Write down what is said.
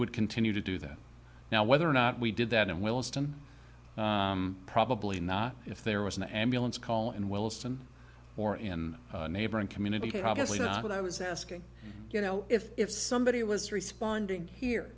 would continue to do that now whether or not we did that in willesden probably not if there was an ambulance call in wilson or in neighboring communities here obviously not what i was asking you know if if somebody was responding here